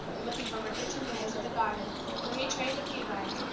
looking from her kitchen window to the garden where he trained the pea-vines,